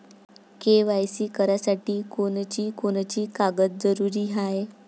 KYC करासाठी कोनची कोनची कागद जरुरी हाय?